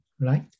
right